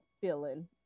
feeling